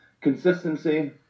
consistency